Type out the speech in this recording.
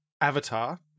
avatar